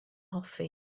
hoffi